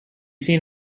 seen